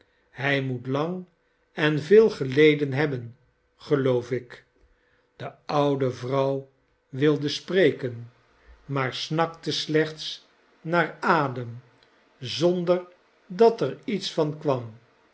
hij moet lang en veel geleden hebben geloof ik de oude vrouw wilde spreken maar snakte slechts naar adem zonder dat er iets van k